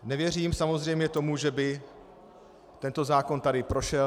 Nevěřím samozřejmě tomu, že by tento zákon tady prošel.